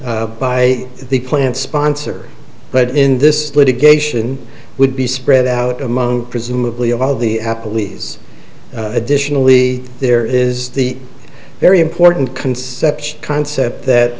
by the plant sponsor but in this litigation would be spread out among presumably all the apple e's additionally there is the very important conception concept that